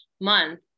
month